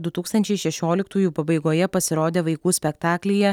du tūkstančiai šešioliktųjų pabaigoje pasirodė vaikų spektaklyje